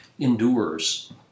endures